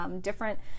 different